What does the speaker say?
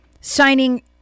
signing